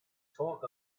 talk